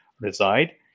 reside